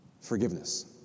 forgiveness